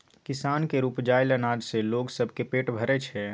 किसान केर उपजाएल अनाज सँ लोग सबक पेट भरइ छै